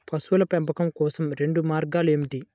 పశువుల పెంపకం కోసం రెండు మార్గాలు ఏమిటీ?